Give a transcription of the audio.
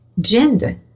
gender